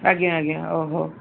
ଆଜ୍ଞା ଆଜ୍ଞା ଓହୋ